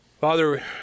Father